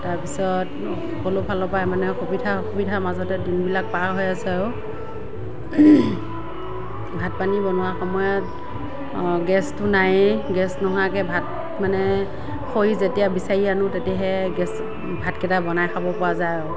তাৰপাছত সকলো ফালৰ পৰাই মানে অসুবিধাৰ অসুবিধাৰ মাজতে দিনবিলাক পাৰ হৈ আছে আৰু ভাত পানী বনোৱা সময়ত গেছতো নাইয়ে গেছ নোহোৱাকৈ ভাত মানে খৰি যেতিয়া বিচাৰি আনোঁ তেতিয়াহে গেছ ভাতকেইটা বনাই খাব পৰা যায় আৰু